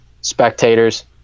spectators